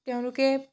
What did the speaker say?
তেওঁলোকে